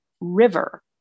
river